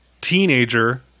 teenager